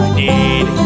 need